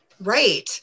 Right